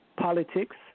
politics